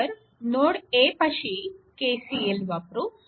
तर node A पाशी KCL वापरू